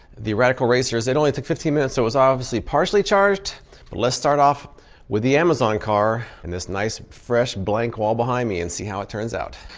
the radical racers, it only took fifteen minutes so it was obviously partially charged. but let's start off with the amazon car and this nice fresh blank wall behind me and see how it turns out.